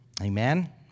Amen